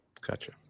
Gotcha